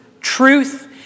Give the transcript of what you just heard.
truth